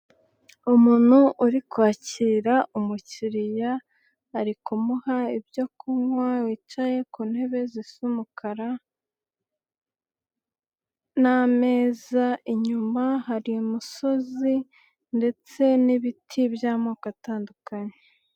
Umuntu uri kwakira umukiriya, ari kumuha ibyo kunywa, wicaye ku ntebe zisa umukara n'ameza inyuma, hari umusozi ndetse n'ibiti by'amoko atandukanye.